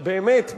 באמת,